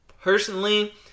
Personally